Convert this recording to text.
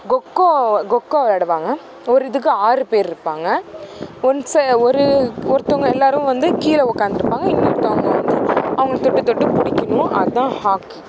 கொக்கோ கொக்கோ விளாடுவாங்க ஒரு இதுக்கு ஆறு பேர் இருப்பாங்க ஒன்ஸு ஒரு ஒருத்தங்க எல்லோரும் வந்து கீழே உக்காந்துருப்பாங்க இன்னொருத்தங்க வந்து அவங்களை தொட்டு தொட்டு பிடிக்கிணும் அதுதான் ஹாக்கி